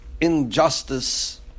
injustice